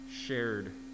shared